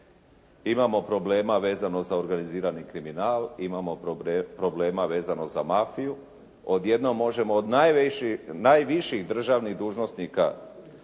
Imamo problema vezano za organizirani kriminal, imamo problema vezano za mafiju. Odjednom možemo od najviših državnih dužnosnika